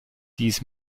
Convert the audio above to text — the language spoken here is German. dies